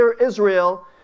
Israel